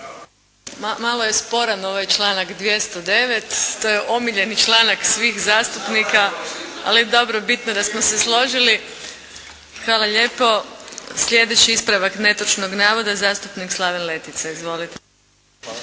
Malo je sporan ovaj članak 209. To je omiljeni članak svih zastupnika ali dobro, bitno da smo se složili. Hvala lijepo. Sljedeći ispravak netočnog navoda zastupnik Slaven Letica. Izvolite.